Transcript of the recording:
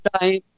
time